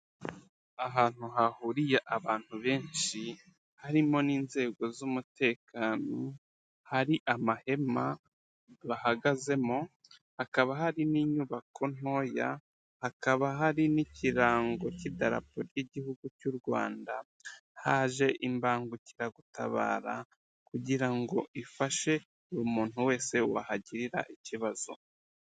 Ahantu hahuriye abantu benshi, harimo n'inzego z'umutekano, hari amahema bahagazemo, hakaba hari n'inyubako ntoya, hakaba hari n'ikirango cy'Idarapo ry'Igihugu cy'u Rwanda, haje imbangukiragutabara kugira ngo ifashe buri muntu wese wahagirira ikibazo.